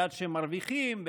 עד שמרוויחים,